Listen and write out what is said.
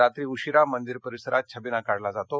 रात्री उशिरा मंदिर परिसरात छबिना काढला जातो